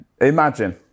Imagine